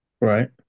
right